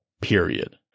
period